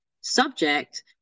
subject